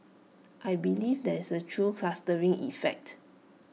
I believe there is A true clustering effect